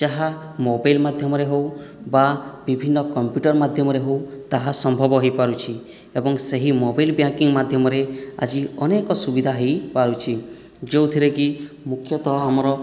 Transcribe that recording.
ଯାହା ମୋବାଇଲ ମାଧ୍ୟମରେ ହେଉ ବା ବିଭିନ୍ନ କମ୍ପ୍ୟୁଟର ମାଧ୍ୟମରେ ହେଉ ତାହା ସମ୍ଭବ ହୋଇପାରୁଛି ଏବଂ ସେହି ମୋବାଇଲ ବ୍ୟାଙ୍କିଂ ମାଧ୍ୟମରେ ଆଜି ଅନେକ ସୁବିଧା ହୋଇପାରୁଛି ଯେଉଁଥିରେ କି ମୁଖ୍ୟତଃ ଆମର